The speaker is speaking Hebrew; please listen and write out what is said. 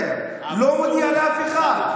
בסתר, לא מודיע לאף אחד.